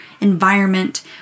environment